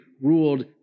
ruled